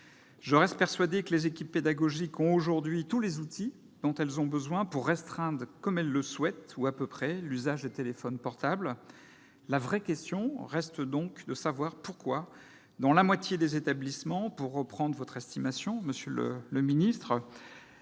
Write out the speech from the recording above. Je reste persuadé que les équipes pédagogiques ont aujourd'hui tous les outils dont elles ont besoin pour restreindre comme elles le souhaitent, ou presque, l'usage des téléphones portables. La vraie question reste donc de savoir pourquoi, dans la moitié des établissements, pour reprendre votre estimation, monsieur le ministre,